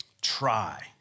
try